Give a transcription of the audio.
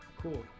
cool